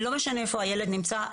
לא משנה איפה הילד נמצא,